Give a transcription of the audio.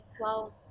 wow